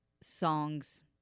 songs